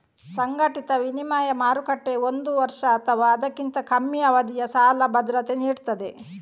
ಸಂಘಟಿತ ವಿನಿಮಯ ಮಾರುಕಟ್ಟೆ ಒಂದು ವರ್ಷ ಅಥವಾ ಅದಕ್ಕಿಂತ ಕಮ್ಮಿ ಅವಧಿಯ ಸಾಲ ಭದ್ರತೆ ನೀಡ್ತದೆ